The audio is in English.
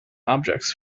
objects